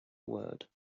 word